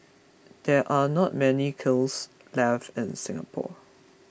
there are not many kilns left in Singapore